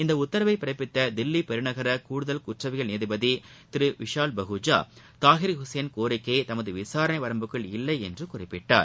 இந்த தில்லி பெருநகர கூடுதல் குற்றவியல் நீதிபதி திரு விஷால் பகுஜா தாகீர் ஹுசைன் கோரிக்கை தமது விசாரணை வரம்புக்குள் இல்லை என்று குறிப்பிட்டார்